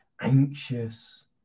anxious